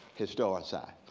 historicize.